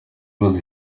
was